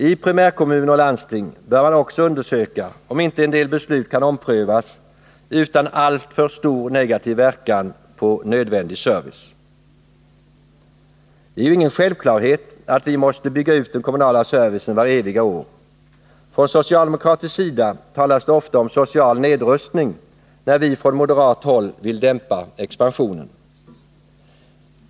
I primärkommuner och landsting bör man också undersöka om inte en del beslut kan omprövas utan alltför stor negativ verkan på nödvändig service. Det är ju ingen självklarhet att vi måste bygga ut den kommunala servicen var eviga år. Från socialdemokratisk sida talas det ofta om social nedrustning när vi från moderat håll vill dämpa expansionen.